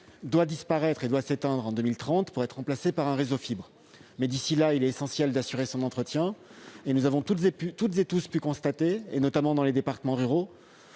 le réseau cuivre doit s'éteindre en 2030 pour être remplacé par un réseau fibre. D'ici là, il est essentiel d'assurer son entretien. Nous avons tous et toutes pu constater, notamment dans les départements ruraux,